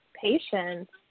patients